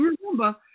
remember